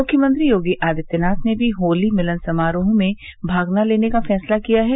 मुख्यमंत्री योगी आदित्यनाथ ने भी होली मिलन समारोहों में भाग न लेने का फैसला किया है